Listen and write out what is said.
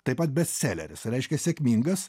taip pat bestseleris reiškia sėkmingas